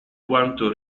quanto